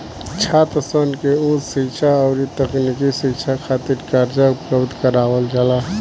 छात्रसन के उच शिक्षा अउरी तकनीकी शिक्षा खातिर कर्जा उपलब्ध करावल जाला